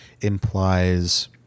implies